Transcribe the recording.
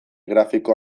grafiko